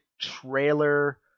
trailer